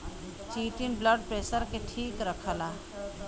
chitin blood pressure के ठीक रखला